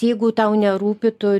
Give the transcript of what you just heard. jeigu tau nerūpi tu